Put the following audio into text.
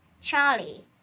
Charlie